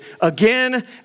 again